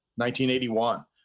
1981